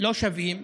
לא שווים,